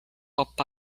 pop